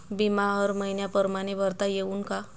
बिमा हर मइन्या परमाने भरता येऊन का?